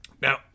Now